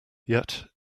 yet